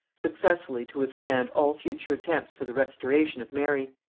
successfully to withstand all future attempts for the restoration of mary.